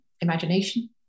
imagination